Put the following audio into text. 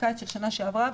בקיץ של שנה שעברה,